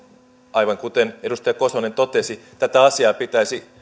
aivan kuten edustaja kosonen totesi tätä asiaa pitäisi